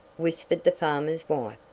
whispered the farmer's wife.